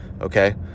Okay